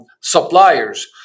suppliers